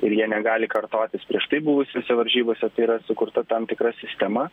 ir jie negali kartotis prieš tai buvusiose varžybose tai yra sukurta tam tikra sistema